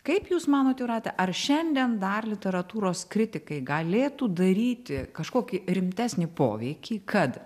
kaip jūs manot jūrate ar šiandien dar literatūros kritikai galėtų daryti kažkokį rimtesnį poveikį kad